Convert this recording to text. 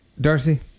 Darcy